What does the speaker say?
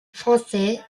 français